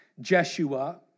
Jeshua